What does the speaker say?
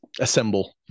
assemble